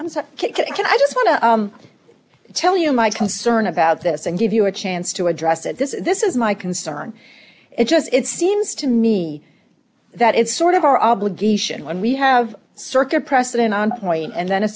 just want to tell you my concern about this and give you a chance to address it this this is my concern it just it seems to me that it's sort of our obligation when we have circuit precedent on point and then a